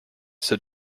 sir